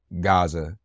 Gaza